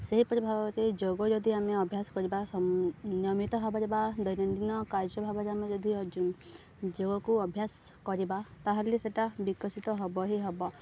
ସେହିପରି ଭାବରେ ଯୋଗ ଯଦି ଆମେ ଅଭ୍ୟାସ କରିବା ସମ୍ ନିୟମିତ ଭାବ ରେ ବା ଦୈନନ୍ଦିନ କାର୍ଯ୍ୟଭାବରେ ଆମେ ଯଦି ଅ ଯୋ ଯୋଗକୁ ଅଭ୍ୟାସ କରିବା ତା'ହେଲେ ସେଇଟା ବିକଶିତ ହବ ହିଁ ହବ